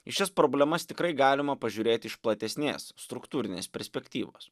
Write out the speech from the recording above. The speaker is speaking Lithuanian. į šias problemas tikrai galima pažiūrėti iš platesnės struktūrinės perspektyvos